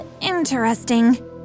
interesting